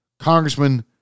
Congressman